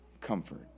comfort